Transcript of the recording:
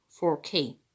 4K